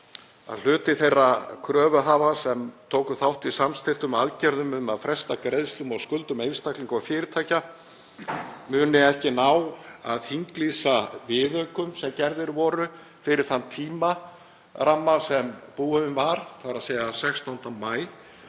að hluti þeirra kröfuhafa sem tóku þátt í samstilltum aðgerðum um að fresta greiðslum á skuldum einstaklinga og fyrirtækja muni ekki ná að þinglýsa viðaukum sem gerðir voru fyrir þann tímaramma sem var í gildi, þ.e. 16. maí,